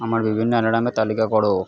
আমার বিভিন্ন অ্যালার্মের তালিকা করো